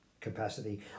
capacity